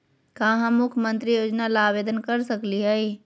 का हम मुख्यमंत्री योजना ला आवेदन कर सकली हई?